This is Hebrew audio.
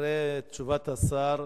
אחרי תשובת השר,